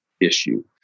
issue